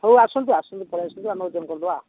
ହେଉ ଆସନ୍ତୁ ଆସନ୍ତୁ ପଳାଇ ଆସନ୍ତୁ ଆମେ ଓଜନ କରିଦେବା